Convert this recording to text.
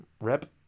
rep